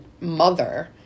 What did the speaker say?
mother